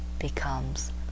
becomes